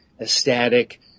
ecstatic